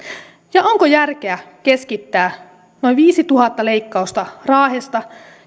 ja onko järkeä keskittää noin viisituhatta leikkausta raahesta